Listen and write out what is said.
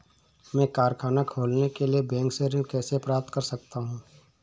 मैं कारखाना खोलने के लिए बैंक से ऋण कैसे प्राप्त कर सकता हूँ?